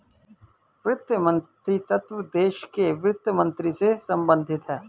वित्त मंत्रीत्व देश के वित्त मंत्री से संबंधित है